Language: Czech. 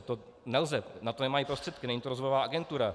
To nelze, na to nemají prostředky, není to rozvojová agentura.